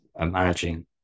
managing